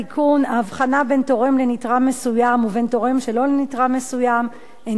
ההבחנה בין תורם לנתרם מסוים ובין תורם שלא לנתרם מסוים אינה רלוונטית.